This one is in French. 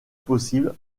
possible